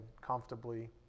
comfortably